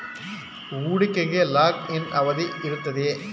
ಹೂಡಿಕೆಗೆ lock in ಅವಧಿ ಇರುತ್ತದೆಯೇ?